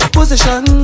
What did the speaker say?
Position